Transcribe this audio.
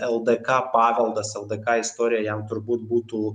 ldk paveldas ldk istorija jam turbūt būtų